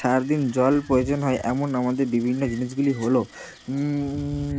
সারা দিন জল প্রয়োজন হয় এমন আমাদের বিভিন্ন জিনিসগুলি হলো